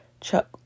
Chuck